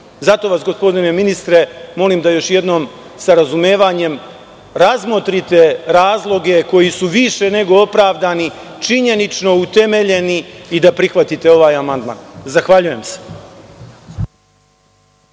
vas, gospodine ministre, još jednom molim da sa razumevanjem razmotrite razloge koji su više nego opravdani, činjenično utemeljeni i da prihvatite ovaj amandman. Zahvaljujem se.